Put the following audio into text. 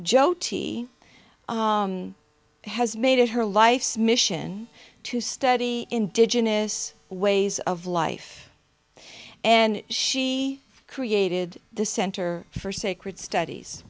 jyoti has made it her life's mission to study indigenous ways of life and she created the center for sacred studies